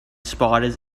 spiders